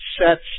sets